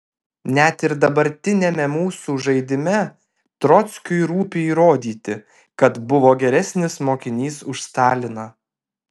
net ir dabartiniame mūsų žaidime trockiui rūpi įrodyti kad buvo geresnis mokinys už staliną